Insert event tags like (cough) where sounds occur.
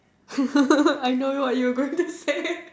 (laughs) I know what you going to say